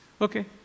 Okay